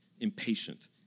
impatient